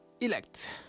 Elect